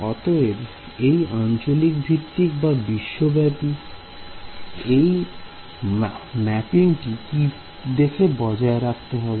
অতএব এই অঞ্চলভিত্তিক ও বিশ্বব্যাপী এই ম্যাপিংটা কি বজায় রাখতে হবে